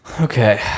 Okay